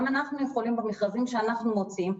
גם אנחנו יכולים במכרזים שאנחנו מוציאים,